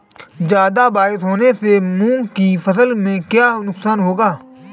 ज़्यादा बरसात होने से मूंग की फसल में क्या नुकसान होगा?